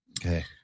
Okay